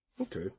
Okay